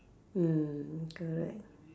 mm correct